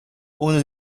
ohne